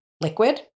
liquid